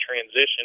transition